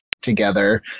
together